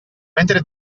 mentre